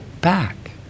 back